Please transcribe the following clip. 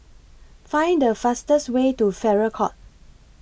Find The fastest Way to Farrer Court